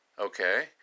Okay